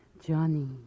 Johnny